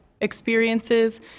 experiences